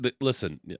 Listen